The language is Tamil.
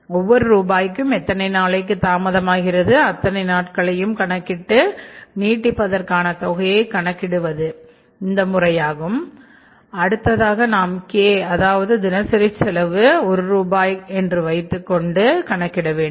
ஒவ்வொரு ரூபாய்க்கும் எத்தனை நாளைக்கு தாமதமாகிறது அத்தனை நாட்களையும் கணக்கிட்டு நீட்டிப்பதற்கான தொகையை கணக்கிடுவது இந்த முறையாகும் அடுத்ததாக நாம் K அதாவது தினசரி செலவு 1ரூபாய் என்று வைத்துக் கொண்டு கணக்கிட வேண்டும்